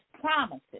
promises